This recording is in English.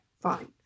fine